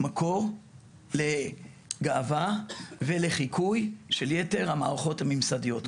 מקור לגאווה ולחיקוי של יתר המערכות הממסדיות.